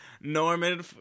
Norman